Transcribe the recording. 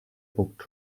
book